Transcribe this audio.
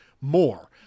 more